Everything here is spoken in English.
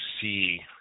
see